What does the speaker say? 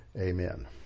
Amen